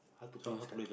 how to play this card